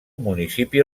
municipi